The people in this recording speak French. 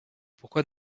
pourquoi